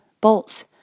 bolts